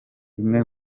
imwe